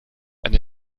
eine